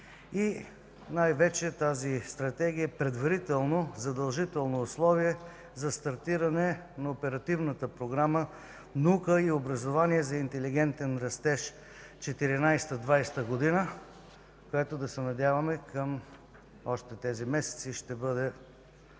най-вече е предварително задължително условие за стартиране на Оперативната програма „Наука и образование за интелигентен растеж 2014 – 2020 г.”, която да се надяваме, че още през тези месеци ще бъде